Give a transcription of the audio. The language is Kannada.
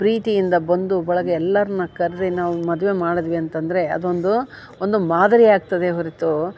ಪ್ರೀತಿಯಿಂದ ಬಂದು ಬಳಗ ಎಲ್ಲರ್ನ ಕರ್ರಿ ನಾವು ಮದುವೆ ಮಾಡಿದ್ವಿ ಅಂತಂದರೆ ಅದೊಂದು ಒಂದು ಮಾದರಿಯಾಗ್ತದೆ ಹೊರೆತು